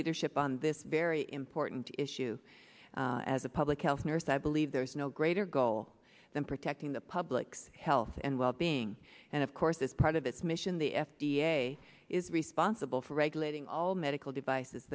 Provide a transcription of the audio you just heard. leadership on this very important issue as a public health nurse i believe there is no greater goal than protecting the public's health and well being and of course as part of its mission the f d a is responsible for regulating all medical devices